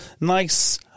nice